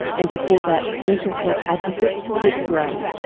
and before that, mental health advocate flick grey,